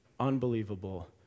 unbelievable